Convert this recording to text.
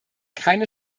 keine